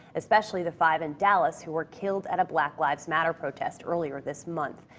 especially the five in dallas who were killed at a black lives matter protest earlier this month.